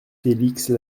félix